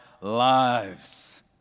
lives